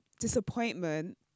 disappointment